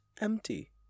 empty